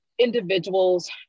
Individuals